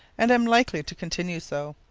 and am likely to continue so.